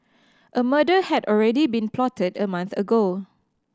a murder had already been plotted a month ago